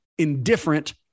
Indifferent